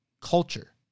culture